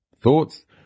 thoughts